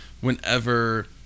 whenever